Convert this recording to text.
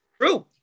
true